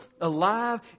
alive